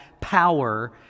power